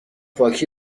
پاکی